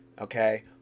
okay